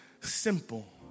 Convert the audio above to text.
Simple